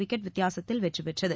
wicket வித்தியாசத்தில் வெற்றி பெற்றது